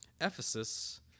Ephesus